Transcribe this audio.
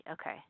Okay